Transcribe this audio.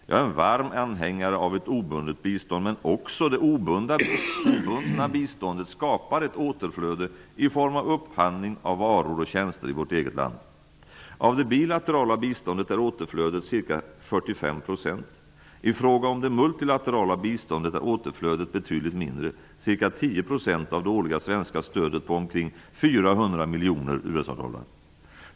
Jag är varm anhängare av ett obundet bistånd. Men också det obundna biståndet skapar ett återflöde i form av upphandling av voror och tjänster i vårt eget land. 45 %. I fråga om det multilaterala biståndet är återflödet betydligt mindre, ca 10 % av det årliga svenska stödet på omkring 400 miljoner US-dollar.